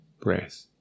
breath